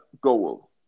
goal